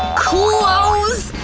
close!